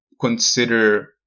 consider